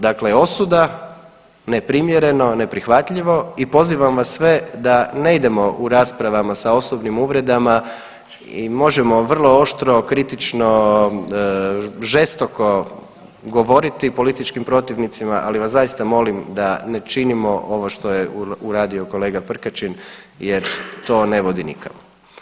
Dakle osuda, neprimjereno, neprihvatljivo i pozivam vas sve da ne idemo u raspravama sa osobnim uvredama i možemo vrlo oštro, kritično, žestoko govoriti političkim protivnicima, ali vas zaista molim da ne činimo ovo što je uradio kolega Prkačin jer to ne vodi nikamo.